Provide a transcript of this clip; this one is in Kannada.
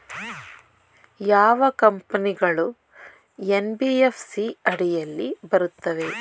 ಯಾವ ಕಂಪನಿಗಳು ಎನ್.ಬಿ.ಎಫ್.ಸಿ ಅಡಿಯಲ್ಲಿ ಬರುತ್ತವೆ?